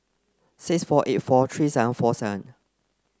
six four eight four three seven four seven